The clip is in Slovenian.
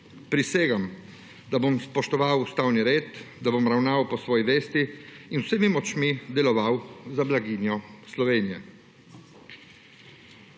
»Prisegam, da bom spoštoval ustavni red, da bom ravnal po svoji vesti in z vsemi močmi deloval za blaginjo Slovenije.«